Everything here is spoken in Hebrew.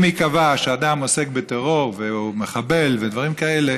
אם ייקבע שאדם עוסק בטרור והוא מחבל ודברים כאלה,